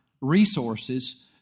resources